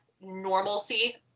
normalcy